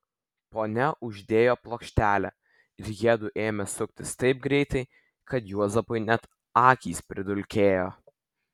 ponia uždėjo plokštelę ir jiedu ėmė suktis taip greitai kad juozapui net akys pridulkėjo